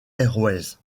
airways